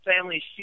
family